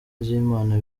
ry’imana